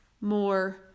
more